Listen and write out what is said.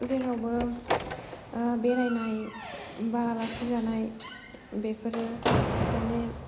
जेरावबो बेरायनाय बा आलासि जानाय बेफोरो माने